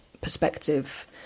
perspective